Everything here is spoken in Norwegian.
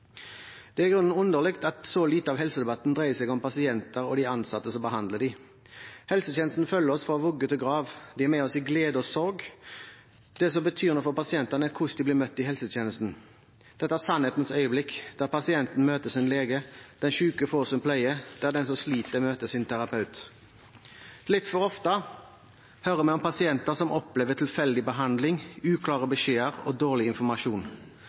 er i grunnen underlig at så lite av helsedebatten dreier seg om pasienter og de ansatte som behandler dem. Helsetjenesten følger oss fra vugge til grav, den er med oss i glede og sorg. Det som betyr noe for pasientene, er hvordan de blir møtt i helsetjenesten. Dette er sannhetens øyeblikk, der pasienten møter sin lege, der syke får sin pleie, der den som sliter, møter sin terapeut. Litt for ofte hører vi om pasienter som opplever tilfeldig behandling, uklare beskjeder og dårlig informasjon.